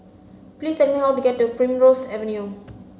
please tell me how to get to Primrose Avenue